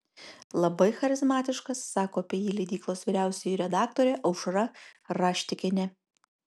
labai charizmatiškas sako apie jį leidyklos vyriausioji redaktorė aušra raštikienė